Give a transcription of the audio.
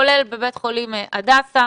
כולל בית החולים הדסה,